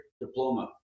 diploma